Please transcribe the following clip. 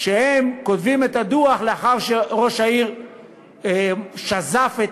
שהם כותבים את הדוח לאחר שראש העיר שזף את